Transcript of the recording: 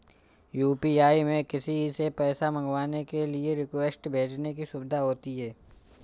UPI में किसी से पैसा मंगवाने के लिए रिक्वेस्ट भेजने की सुविधा होती है